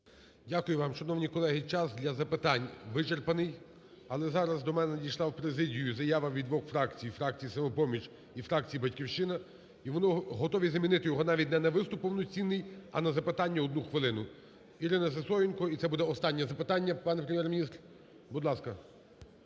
Дякую вам. Шановні колеги, час для запитань вичерпаний. Але зараз до мене надійшла в президію заява від двох фракцій: фракції "Самопоміч" і фракції "Батьківщина". І вони готові замінити навіть не на виступ повноцінний, а на запитання, одну хвилину. Ірина Сисоєнко. І це буде останнє запитання, пане Прем'єр-міністр. Будь ласка.